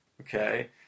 okay